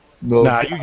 Nah